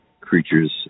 creatures